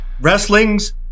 wrestling's